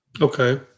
Okay